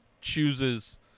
chooses